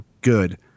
good